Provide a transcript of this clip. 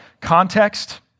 Context